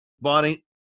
Bonnie